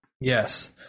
Yes